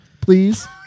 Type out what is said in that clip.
Please